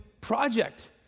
project